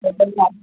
total आहे